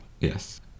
Yes